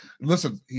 listen